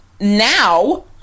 now